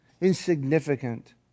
insignificant